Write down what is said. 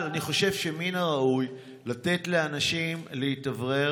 אני חושב שמן הראוי לתת לאנשים להתאוורר